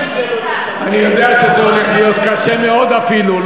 אני יודע שזה הולך להיות קשה מאוד אפילו,